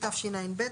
התשע"ב,